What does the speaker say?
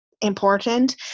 important